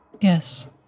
Yes